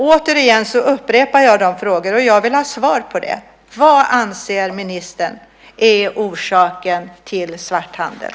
Återigen upprepar jag frågan, och jag vill ha svar på den: Vad anser ministern är orsaken till svarthandeln?